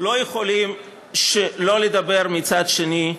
אנחנו לא יכולים שלא לדבר, מצד שני,